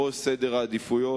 בראש סדר העדיפויות,